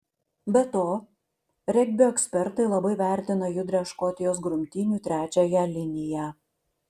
be to regbio ekspertai labai vertina judrią škotijos grumtynių trečiąją liniją